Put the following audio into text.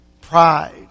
pride